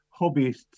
hobbyists